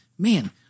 Man